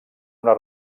una